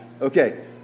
Okay